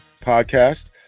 podcast